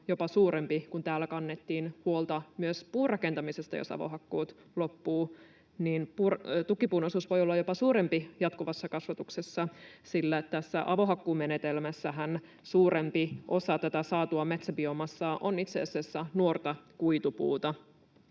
jopa suurempi — kun täällä kannettiin huolta myös puurakentamisesta. Jos avohakkuut loppuvat, niin tukkipuun osuus voi olla jopa suurempi jatkuvassa kasvatuksessa, sillä avohakkuumenetelmässähän suurempi osa saatua metsäbiomassa on itseasiassa nuorta kuitupuuta.